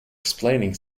explaining